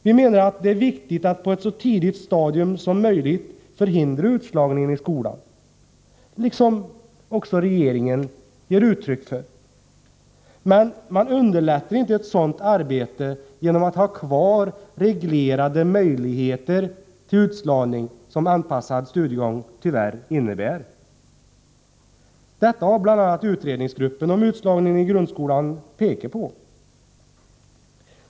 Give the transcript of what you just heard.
Vi menar att det är viktigt att på ett så tidigt stadium som möjligt förhindra utslagning i skolan, vilket också regeringen ger uttryck för. Men man underlättar inte ett sådant arbete genom att ha kvar reglerade möjligheter till utslagning, som anpassad studiegång tyvärr innebär. Detta har bl.a. den utredningsgrupp som är tillsatt för att utreda utslagningen i grundskolan pekat på.